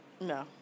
No